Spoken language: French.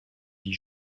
dit